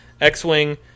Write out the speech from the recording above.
X-Wing